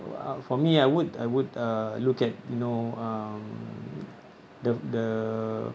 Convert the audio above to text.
uh for me I would I would uh look at you know um the the